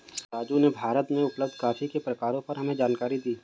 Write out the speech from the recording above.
राजू ने भारत में उपलब्ध कॉफी के प्रकारों पर हमें जानकारी दी